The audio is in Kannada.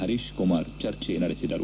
ಪರೀಶ್ ಕುಮಾರ್ ಚರ್ಚೆ ನಡೆಸಿದರು